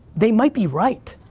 they might be right.